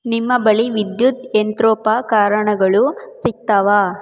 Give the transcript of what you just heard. ನಿಮ್ಮ ಬಳಿ ವಿದ್ಯುತ್ ಯಂತ್ರೋಪಕರಣಗಳು ಸಿಗ್ತವಾ